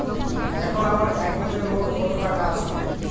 এখন আমার একাউন্টে মোট কত টাকা আছে?